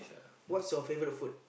what's your favorite food